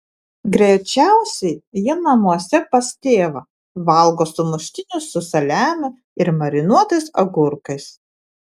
greičiausiai ji namuose pas tėvą valgo sumuštinius su saliamiu ir marinuotais agurkais